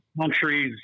countries